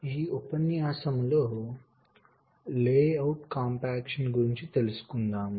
ఈ ఉపన్యాసంలో layout compaction గురించి తెలుసుకుందాం